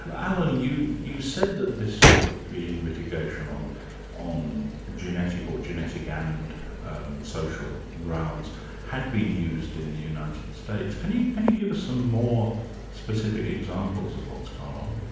but allan, you you said that this sort of plea mitigation on on genetic or genetic and social grounds had been used in the united states. can you can you give us some more specific examples of what's gone um